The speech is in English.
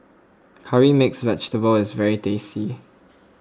Curry Mixed Vegetable is very tasty